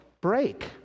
Break